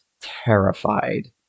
terrified